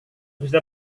bisa